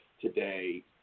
today